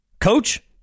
Coach